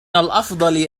الأفضل